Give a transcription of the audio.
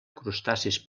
crustacis